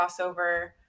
crossover